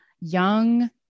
young